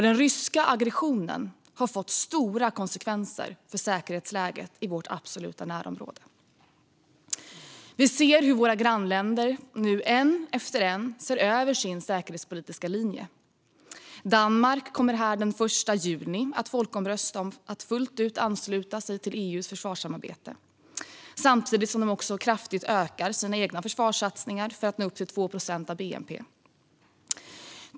Den ryska aggressionen har fått stora konsekvenser för säkerhetsläget i Sveriges absoluta närområde. Vi ser hur våra grannländer nu ett efter ett ser över sin säkerhetspolitiska linje. Danmark kommer den 1 juni att folkomrösta om att fullt ut ansluta sig till EU:s försvarssamarbete. Samtidigt ökar de också kraftigt sina egna försvarssatsningar för att nå upp till 2 procent av bnp.